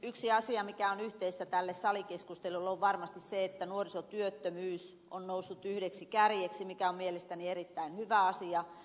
yksi asia mikä on yhteistä tälle salikeskustelulle on varmasti se että nuorisotyöttömyys on noussut yhdeksi kärjeksi mikä on mielestäni erittäin hyvä asia